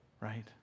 right